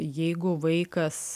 jeigu vaikas